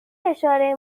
اشاره